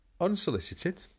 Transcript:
unsolicited